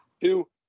Two